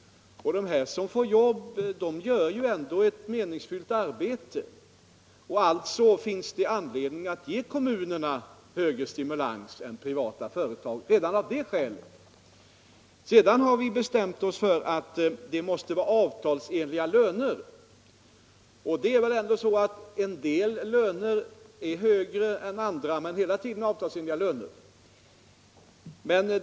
Men de som får jobb, oavsett var det är, gör ju ändå ett meningsfyllt arbete. Det finns alltså anledning att ge kommunerna högre stimulansbidrag än privata företag redan av det skälet att privata företag får betalt för sina produkter. Sedan har vi bestämt oss för att kräva att det måste vara avtalsenliga löner. En dellöner är ju högre än andra, men hela tiden är de avtalsenliga.